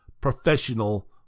professional